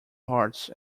hearts